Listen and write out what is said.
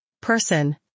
person